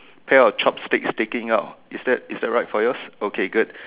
pair of chopsticks taking out is that is that right for yours okay good